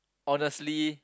honestly